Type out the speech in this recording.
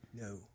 No